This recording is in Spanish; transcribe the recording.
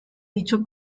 dicho